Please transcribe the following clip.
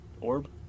Orb